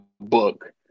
book